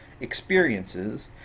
experiences